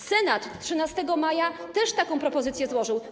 Senat 13 maja też taką propozycję złożył.